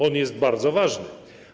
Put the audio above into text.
On jest bardzo ważny.